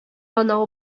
ана